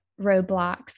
roadblocks